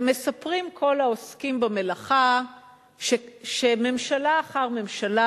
מספרים כל העוסקים במלאכה שממשלה אחר ממשלה,